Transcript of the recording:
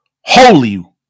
holy